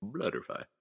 Butterfly